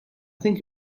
think